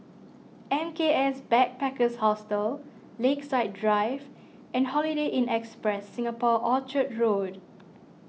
M K S Backpackers Hostel Lakeside Drive and Holiday Inn Express Singapore Orchard Road